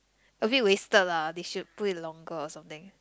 a bit wasted lah they should put it longer or something